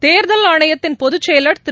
தேர்தல் ஆணையத்தின் பொதுச் செயலர் திரு